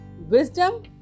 Wisdom